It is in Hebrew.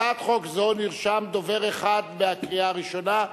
להצעת חוק זו נרשם דובר אחד בקריאה הראשונה,